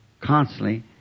constantly